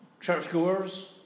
Churchgoers